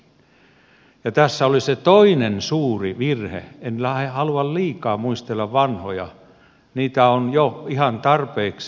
tässä oli se toinen suuri virhe en halua liikaa muistella vanhoja niitä on jo ihan tarpeeksi